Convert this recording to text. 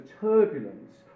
turbulence